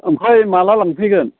ओमफ्राय माला लांफैगोन